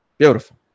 Beautiful